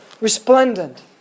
resplendent